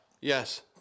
Yes